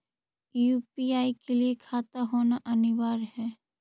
UPI के लिए खाता होना अनिवार्य है?